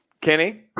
Kenny